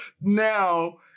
now